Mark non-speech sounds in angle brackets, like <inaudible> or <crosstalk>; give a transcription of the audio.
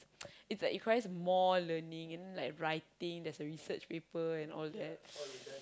<noise> it's a it requires more learning and like writing there's a research paper and all that